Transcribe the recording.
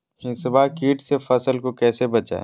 हिसबा किट से फसल को कैसे बचाए?